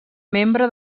membre